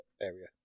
area